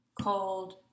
cold